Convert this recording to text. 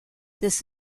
this